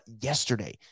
yesterday